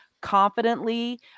confidently